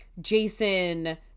Jason